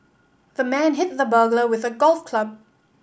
the man hit the burglar with a golf club